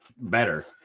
better